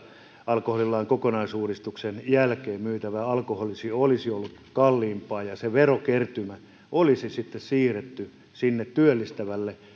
alkoholilain kokonaisuudistuksen jälkeen myytävä alkoholi olisi ollut kalliimpaa ja se verokertymä olisi sitten siirretty sinne työllistävälle